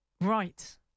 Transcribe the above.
Right